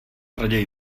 raději